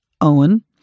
Owen